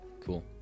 Cool